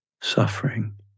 suffering